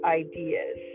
ideas